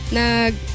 nag